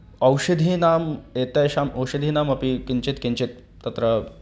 औषधीनाम् एतेषाम् औषधीनामपि किञ्चित् किञ्चित् तत्र